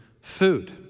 food